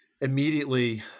immediately